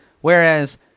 Whereas